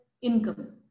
income